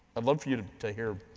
i'd love for you to to hear.